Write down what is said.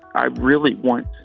i really want